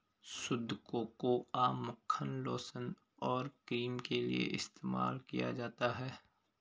शुद्ध कोकोआ मक्खन लोशन और क्रीम के लिए इस्तेमाल किया जाता है